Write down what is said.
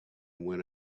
when